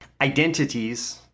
identities